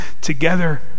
together